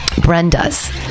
Brenda's